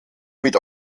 mit